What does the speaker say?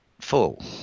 full